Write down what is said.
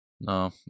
No